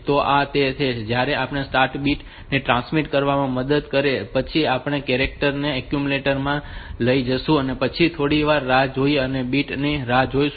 તો આ તે છે જે આપણને સ્ટાર્ટ બીટ ટ્રાન્સમિટ કરવામાં મદદ કરશે પછી આપણે કેરેક્ટર ને એક્યુમ્યુલેટર માં લઈ જઈશું અને પછી થોડી વાર રાહ જોઈને બીટ ની રાહ જોઈશું